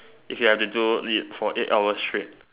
if you had to do it for eight hours straight